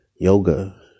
Yoga